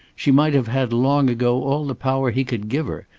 she might have had long ago all the power he could give her,